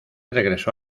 regresó